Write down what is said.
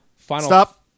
Stop